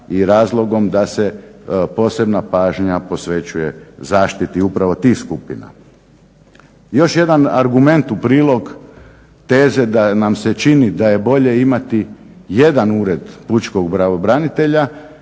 i razlogom da se posebna pažnja posvećuje zaštiti upravo tih skupina. Još jedan argument u prilog teze da nam se čini da je bolje imati jedan ured pučkog pravobranitelja